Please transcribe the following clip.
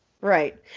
Right